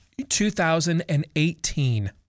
2018